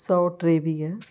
सौ टेवीह